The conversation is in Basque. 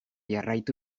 jarraitu